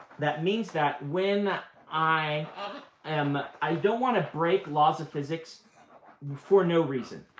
that means that when i am i don't want to break laws of physics for no reason,